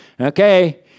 Okay